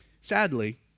Sadly